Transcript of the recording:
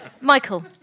Michael